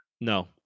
No